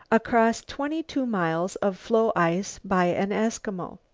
across twenty two miles of floe ice by an eskimo.